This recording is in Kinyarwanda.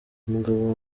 umugabo